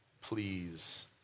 please